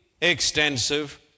extensive